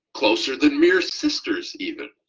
closer than mere sisters, even.